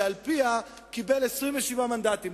שעל-פיה קיבל 27 מנדטים.